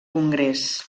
congrés